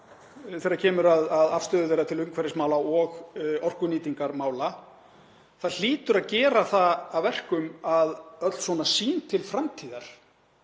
þegar kemur að afstöðu þeirra til umhverfismála og orkunýtingarmála hlýtur að gera það að verkum að öll sýn til framtíðar